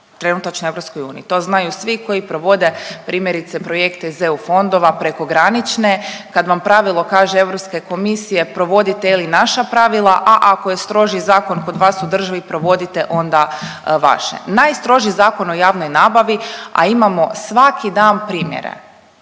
trenutačno u EU, to znaju svi koji provode primjerice projekte iz EU fondova prekogranične kad vam pravilo kaže Europske komisije provodite je li ili naša pravila, a ako je strožiji zakon kod vas u državi provodite onda vaše. Najstroži Zakon o javnoj nabavi, a imamo svaki dan primjere